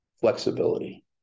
flexibility